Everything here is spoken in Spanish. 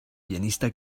pianista